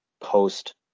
post